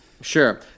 sure